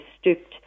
stooped